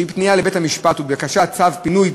שהיא פנייה לבית-המשפט ובקשת צו פינוי,